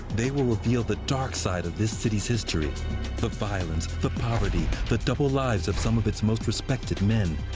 they will reveal the dark side of this city's history the violence, the poverty, the double lives of some of its most respected men.